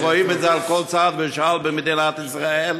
ורואים את זה על כל צעד ושעל במדינת ישראל,